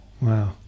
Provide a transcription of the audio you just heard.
Wow